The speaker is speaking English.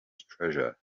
treasure